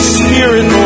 spirit